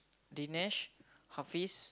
Dinesh Hafiz